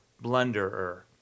blunderer